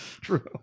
True